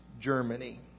Germany